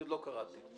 יורדים לחמישה ימים?